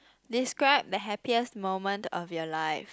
describe the happiest moment of your life